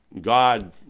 God